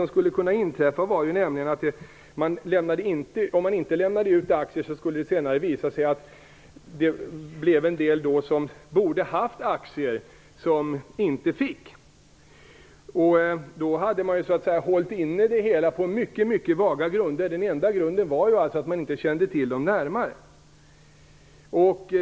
Om man inte lämnade ut aktier skulle det nämligen senare kunna visa sig att en del som borde ha haft aktier inte fick det. Då skulle man alltså ha hållit inne aktierna på mycket, mycket vaga grunder. Det enda skälet man hade var ju att man inte kände till förvärvarna närmare.